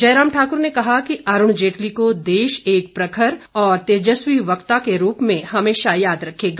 जयराम ठाक्र ने कहा कि अरुण जेटली को देश एक प्रखर और तेजस्वी वक्ता के रूप में हमेशा याद रखेगा